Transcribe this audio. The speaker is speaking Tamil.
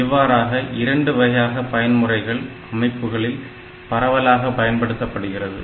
இவ்வாறாக இரண்டு வகையான பயன்முறைகள் அமைப்புகளில் பரவலாக பயன்படுத்தப்படுகிறது